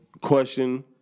question